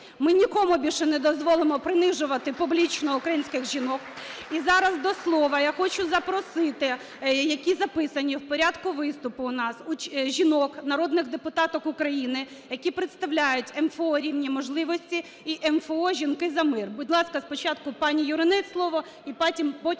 ми нікому більше не дозволимо принижувати публічно українських жінок. І зараз до слова я хочу запросити, які записані в порядку виступу у нас, жінок - народних депутаток України, які представляють МФО "Рівні можливості" і МФО "Жінки за мир". Будь ласка, спочатку - пані Юринець слово, і потім